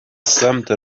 سمت